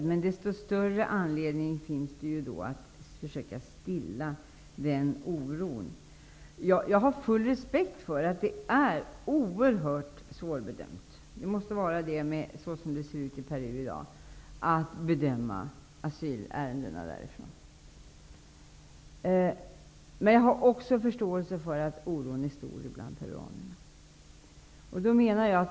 Då finns det desto större anledning att försöka stilla den oron. Jag har full respekt för att det är oerhört svårt att bedöma asylärendena från Peru. Det måste vara det, så som det ser ut i Peru i dag. Men jag har också förståelse för att oron är stor bland peruanerna.